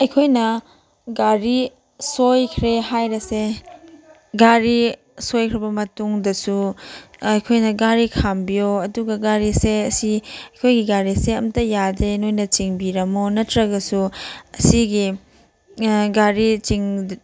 ꯑꯩꯈꯣꯏꯅ ꯒꯥꯔꯤ ꯁꯣꯏꯈ꯭ꯔꯦ ꯍꯥꯏꯔꯁꯦ ꯒꯥꯔꯤ ꯁꯣꯏꯈ꯭ꯔꯕ ꯃꯇꯨꯡꯗꯁꯨ ꯑꯩꯈꯣꯏꯅ ꯒꯥꯔꯤ ꯈꯥꯝꯕꯤꯌꯣ ꯑꯗꯨꯒ ꯒꯥꯔꯤꯁꯦ ꯁꯤ ꯑꯩꯈꯣꯏꯒꯤ ꯒꯥꯔꯤꯁꯦ ꯑꯃꯇ ꯌꯥꯗꯦ ꯅꯣꯏꯅ ꯆꯤꯡꯕꯤꯔꯝꯃꯣ ꯅꯠꯇ꯭ꯔꯒꯁꯨ ꯑꯁꯤꯒꯤ ꯒꯥꯔꯤ